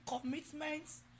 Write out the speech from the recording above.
commitments